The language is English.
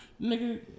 Nigga